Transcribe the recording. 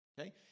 Okay